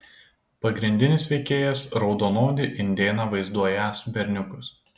pagrindinis veikėjas raudonodį indėną vaizduojąs berniukas